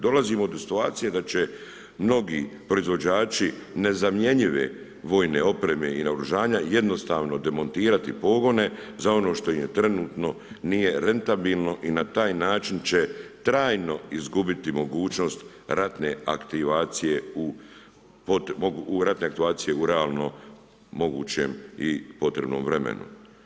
Dolazimo do situacije, da će mnogi proizvođači, nezamjenjive vojne opreme i naoružavanja jednostavno demontirati pogone, za ono što im trenutno nije rentabilno i na taj način će trajno izgubiti mogućnost ratne aktivacije u realno mogućem i potrebnom vremenu.